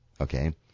okay